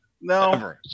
No